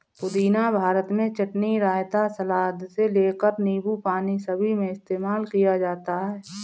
पुदीना भारत में चटनी, रायता, सलाद से लेकर नींबू पानी सभी में इस्तेमाल किया जाता है